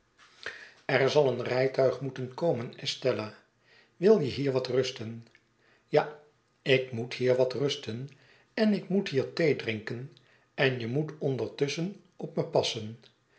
er zal een rijtuig moeten kornen estella wil je hier wat rusten ja ik moet hier wat rusten en ik moet hier theedrinken en je moet ondertusschen op me passen